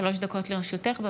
שלוש דקות לרשותך.